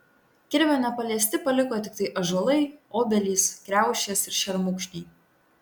kirvio nepaliesti paliko tiktai ąžuolai obelys kriaušės ir šermukšniai